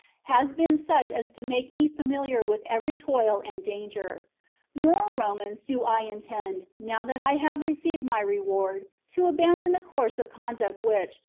has been such as to make me familiar with every toil and danger nor, romans, do i intend, now that i have received my reward, to abandon the course of conduct which,